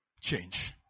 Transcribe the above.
change